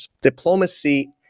diplomacy